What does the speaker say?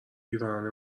پیراهن